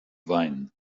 wein